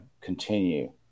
continue